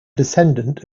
descendant